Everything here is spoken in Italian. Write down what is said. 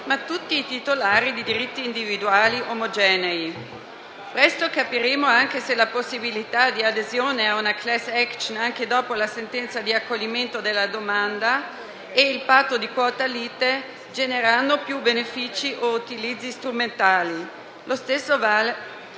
tutti i titolari di diritti individuali omogenei. Presto capiremo se la possibilità di adesione a una *class action* anche dopo la sentenza di accoglimento della domanda e il patto di quota lite genereranno più benefici o utilizzi strumentali. In ogni caso,